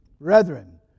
Brethren